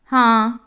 ਹਾਂ